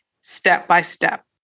step-by-step